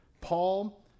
Paul